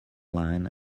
line